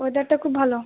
ওয়েদারটা খুব ভালো